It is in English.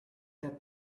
that